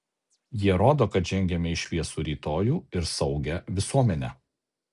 jie rodo kad žengiame į šviesų rytojų ir saugią visuomenę